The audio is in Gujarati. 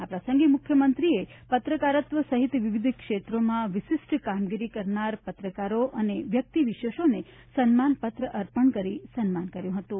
આ પ્રસંગે મુખ્યમંત્રીએ પત્રકારત્વ સહિત વિવિધ ક્ષેત્રોમાં વિશિષ્ટ કામગીરી કરનાર પત્રકારો અને વ્યક્તિ વિશેષોને સન્માનપત્ર અર્પણ કરી સન્માન કર્યું હતું